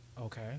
Okay